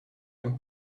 and